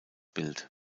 bild